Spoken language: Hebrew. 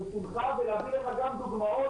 בשמחה, ונביא לך גם דוגמאות.